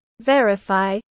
verify